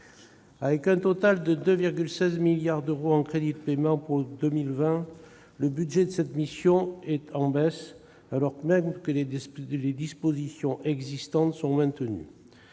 Avec un total de 2,16 milliards d'euros en crédits de paiement pour 2020, le budget de cette mission est en baisse, alors même que les dispositions existantes sont maintenues.